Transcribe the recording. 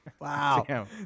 wow